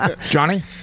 Johnny